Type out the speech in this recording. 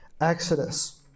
Exodus